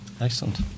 excellent